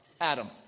Adam